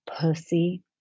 pussy